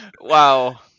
Wow